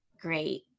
great